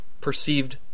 perceived